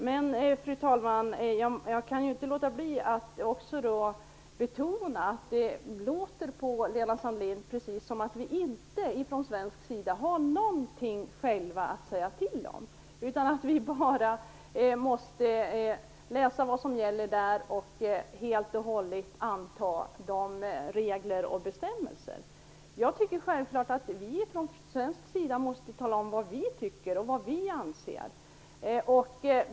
Men jag kan inte låta bli att också betona att det på Lena Sandlin låter precis som om vi från svensk sida inte har någonting att själva säga till om. Det låter som om vi bara måste läsa vad som gäller, och helt och hållet anta reglerna och bestämmelserna. Jag tycker att vi från svensk sida självklart måste tala om vad vi tycker.